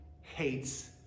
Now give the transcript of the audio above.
hates